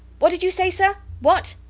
what did you say, sir? what?